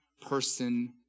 person